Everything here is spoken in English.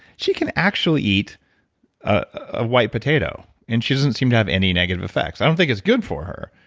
she can actually eat a white potato and she doesn't seem to have any negative effects. i don't think it's good for her,